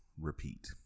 repeat